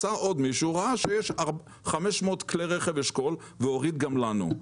מצא עוד מישהו וראה שיש עוד 500 כלי רכב אשכול והוריד גם לנו.